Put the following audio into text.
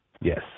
Yes